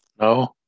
No